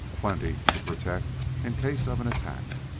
plenty to protect in case of an attack,